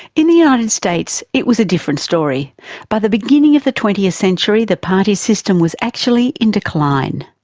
in the united states it was a different story by the beginning of the twentieth century the party system was actually in decline.